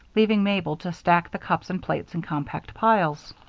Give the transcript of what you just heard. leaving mabel to stack the cups and plates in compact piles.